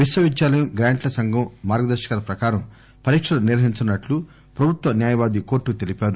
విశ్వవిద్యాలయ గ్రాంట్ల సంఘం మార్గదర్భకాల ప్రకారం పరీక్షలు నిర్వహించనున్నట్లు ప్రభుత్వ న్నాయవాది కోర్టుకు తెలిపారు